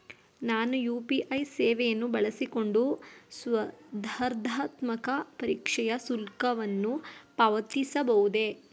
ನಾನು ಯು.ಪಿ.ಐ ಸೇವೆಯನ್ನು ಬಳಸಿಕೊಂಡು ಸ್ಪರ್ಧಾತ್ಮಕ ಪರೀಕ್ಷೆಯ ಶುಲ್ಕವನ್ನು ಪಾವತಿಸಬಹುದೇ?